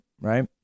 right